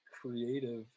creative